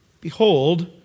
behold